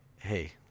hey